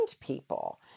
people